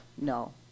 No